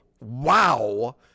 wow